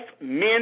men